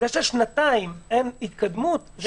זה ששנתיים אין התקדמות.